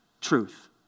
Truth